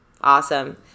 Awesome